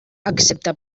excepte